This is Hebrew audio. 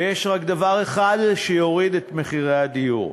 ויש רק דבר אחד שיוריד את מחירי הדיור: